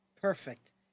Perfect